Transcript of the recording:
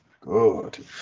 Good